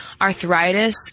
arthritis